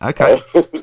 Okay